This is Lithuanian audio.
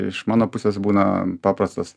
iš mano pusės būna paprastas